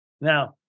Now